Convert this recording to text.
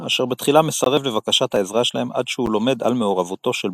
אשר בתחילה מסרב לבקשת העזרה שלהם עד שהוא לומד על מעורבותו של בוג.